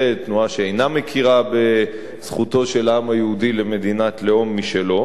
תנועה שאינה מכירה בזכותו של העם היהודי למדינת לאום משלו.